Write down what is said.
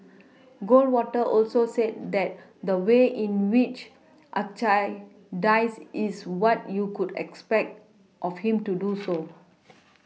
Goldwater also said that the way in which Archie dies is what you could expect of him to do so